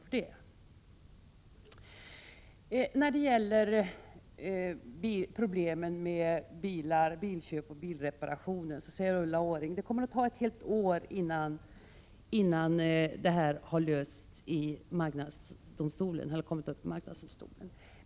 Beträffande problemen vid bilköp och bilreparationer säger Ulla Orring att det kommer att ta ett helt år, innan ärenden kommit upp i marknadsdomstolen.